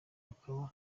akaba